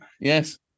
Yes